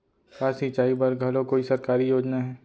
का सिंचाई बर घलो कोई सरकारी योजना हे?